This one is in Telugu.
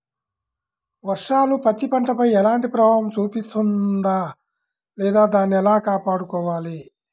వర్షాలు పత్తి పంటపై ఎలాంటి ప్రభావం చూపిస్తుంద లేదా దానిని ఎలా కాపాడుకోవాలి?